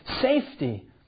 safety